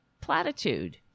platitude